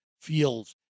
feels